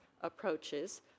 approaches